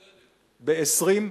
בצדק.